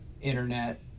internet